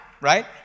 right